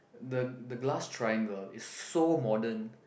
the the glass triangle is so modern